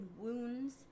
wounds